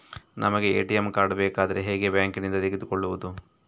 ನಮಗೆ ATM card ಬೇಕಾದ್ರೆ ಹೇಗೆ ಬ್ಯಾಂಕ್ ನಿಂದ ತೆಗೆದುಕೊಳ್ಳುವುದು?